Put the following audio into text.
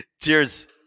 Cheers